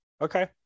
okay